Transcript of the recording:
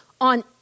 on